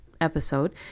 episode